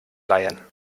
leihen